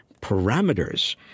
parameters